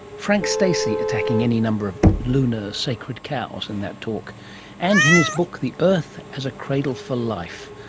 frank stacey, attacking any number of lunar sacred cows in that talk and in his book, the earth as a cradle for life,